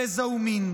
גזע ומין.